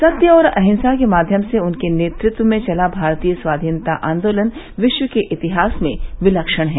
सत्य और अहिंसा के माध्यम से उनके नेतृत्व में चला भारतीय स्वाधीनता आन्दोलन विश्व के इतिहास में विलक्षण है